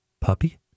Puppy